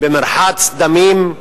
במרחץ דמים,